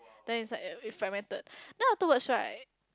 then it's like it fragmented then afterwards right